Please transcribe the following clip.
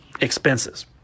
expenses